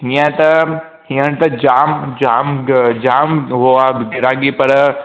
हींअर त हींअर त जामु जामु जामु हो आहे ग्राहकी पर